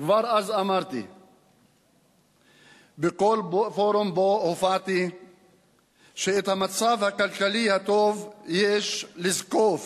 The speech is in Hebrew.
וכבר אז אמרתי בכל פורום שבו הופעתי שאת המצב הכלכלי הטוב יש לזקוף